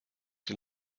die